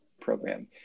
program